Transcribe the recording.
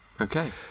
Okay